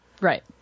Right